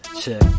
check